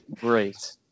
great